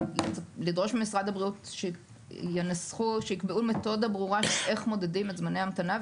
לדרוש ממשרד הבריאות שיקבעו מתודה ברורה של איך מודדים את זמני ההמתנה,